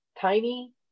Tiny